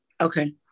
Okay